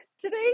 today